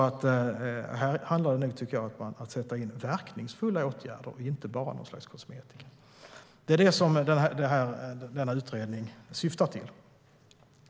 Det handlar om att sätta in verkningsfulla åtgärder, inte bara något slags kosmetika. Det är vad utredningen syftar till.